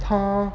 他